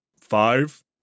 five